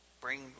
Bring